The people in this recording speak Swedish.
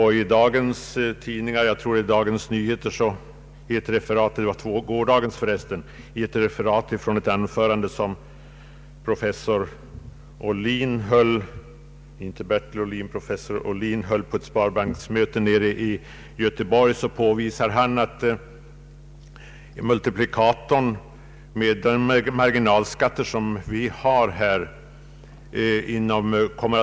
I gårdagens Dagens Nyheter finns ett referat av ett anförande, som professor Göran Ohlin höll på ett sparbanksmöte i Göteborg. Han påvisar där marginalskatternas och inflationens inflytande på reallöneutvecklingen.